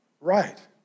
right